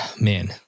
Man